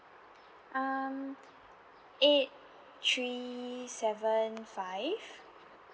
um eight three seven five